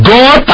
God